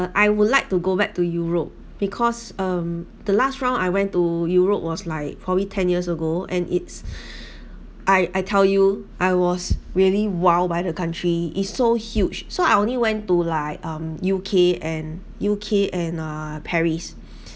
I would like to go back to europe because um the last round I went to europe was like probably ten years ago and it's I I tell you I was really wowed by the country is so huge so I only went to like um U_K and U_K and uh paris